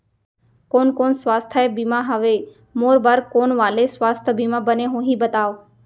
कोन कोन स्वास्थ्य बीमा हवे, मोर बर कोन वाले स्वास्थ बीमा बने होही बताव?